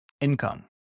income